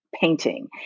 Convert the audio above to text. painting